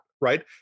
right